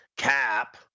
Cap